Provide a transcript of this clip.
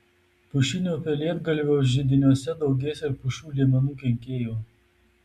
pušinio pelėdgalvio židiniuose daugės ir pušų liemenų kenkėjų